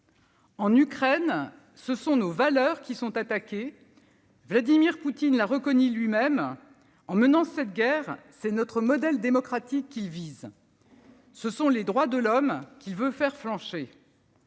En Ukraine, ce sont nos valeurs qui sont attaquées. Vladimir Poutine l'a reconnu lui-même : en menant cette guerre, c'est notre modèle démocratique qu'il vise. Ce sont les droits de l'homme qu'il veut faire flancher.